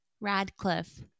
Radcliffe